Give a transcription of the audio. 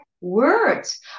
words